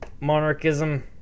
Monarchism